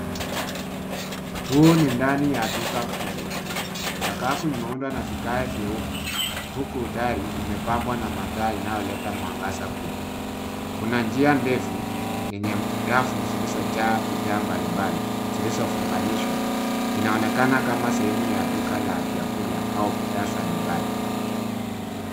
Huu ni ndani ya duka kubwa. Sakafu umeundwa na vigae vyeupe huku dari imepambwa na mataa inayoleta mwangaza kubwa. Kuna njia ndefu yenye rafu zilizojaa bidhaa mbalimbali zilizofunganishwa .Inaonekana kama sehemu ya duka la vyakula au bidhaa za nyumbani.